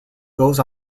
goes